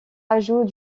ajout